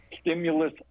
Stimulus